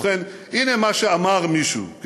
ובכן, הנה מה שאמר מישהו: